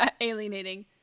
alienating